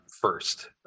first